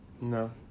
no